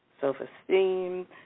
self-esteem